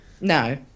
no